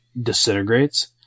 disintegrates